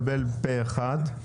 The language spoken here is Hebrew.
התקבל פה אחד.